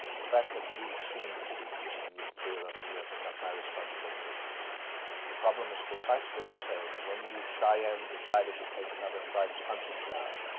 the fact that we seem to be pushing you clear. off the earth, is not my responsibility the problem is precisely the same. as when cheyenne decide to take. another tribe's hunting ground.